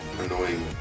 annoying